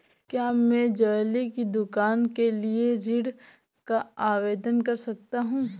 क्या मैं ज्वैलरी की दुकान के लिए ऋण का आवेदन कर सकता हूँ?